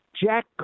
Jack